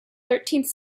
thirteenth